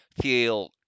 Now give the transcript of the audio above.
feel